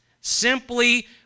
Simply